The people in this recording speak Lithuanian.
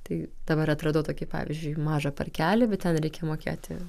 tai dabar atradau tokį pavyzdžiui mažą parkelį bet ten reikia mokėti